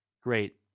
Great